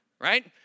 Right